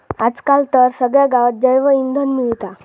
आज काल तर सगळ्या गावात जैवइंधन मिळता